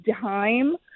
time